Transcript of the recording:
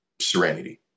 serenity